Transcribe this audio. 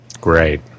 great